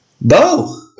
Bo